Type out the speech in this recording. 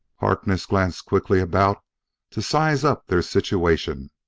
harkness glanced quickly about to size up their situation.